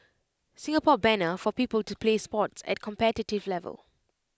Singapore banner for people to play sports at competitive level